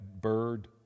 bird